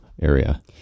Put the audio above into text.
area